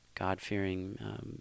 God-fearing